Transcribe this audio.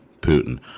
Putin